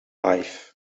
life